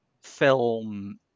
film